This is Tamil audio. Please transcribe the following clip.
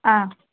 ஆ